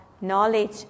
knowledge